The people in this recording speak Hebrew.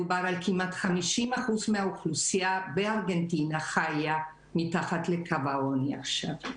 מדובר על כמעט 50% מהאוכלוסייה בארגנטינה שחיה מתחת לקו העוני עכשיו.